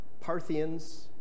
Parthians